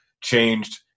changed –